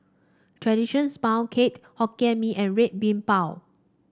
traditional sponge cake Hokkien Mee and Red Bean Bao